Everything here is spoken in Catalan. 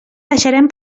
deixarem